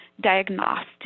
diagnostic